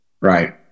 Right